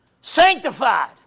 sanctified